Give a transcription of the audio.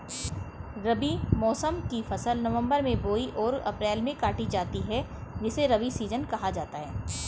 रबी मौसम की फसल नवंबर में बोई और अप्रैल में काटी जाती है जिसे रबी सीजन कहा जाता है